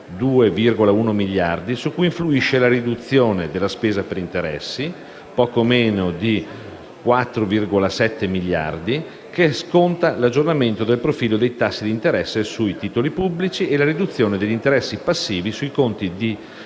-2,1 miliardi), su cui influisce la riduzione della spesa per interessi (poco meno di -4,7 miliardi), che sconta l'aggiornamento del profilo dei tassi di interesse sui titoli pubblici e la riduzione degli interessi passivi sui conti